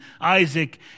Isaac